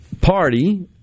Party